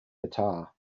guitar